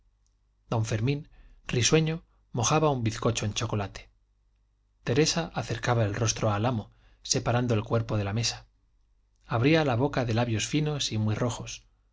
don fermín risueño mojaba un bizcocho en chocolate teresa acercaba el rostro al amo separando el cuerpo de la mesa abría la boca de labios finos y muy rojos